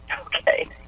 Okay